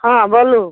हँ बोलू